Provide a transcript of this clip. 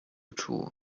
two